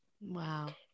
Wow